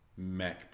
macbook